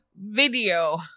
video